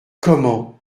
comment